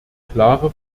klare